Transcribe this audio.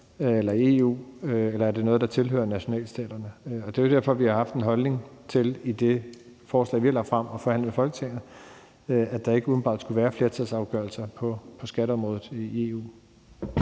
på i EU, eller om det er noget, som tilhører nationalstaterne. Det er derfor, vi har haft en holdning i det forslag, vi har lagt frem til forhandling i Folketinget, om, at der ikke umiddelbart skulle være flertalsafgørelser på skatteområdet i EU.